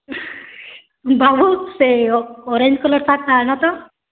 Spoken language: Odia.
ବାବୁ ସେ ଅରେଞ୍ଜ୍ କଲର୍ ଶାର୍ଟ୍ଟା ଆନ ତ